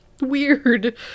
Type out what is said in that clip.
Weird